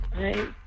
Right